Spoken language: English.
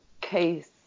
case